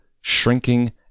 shrinking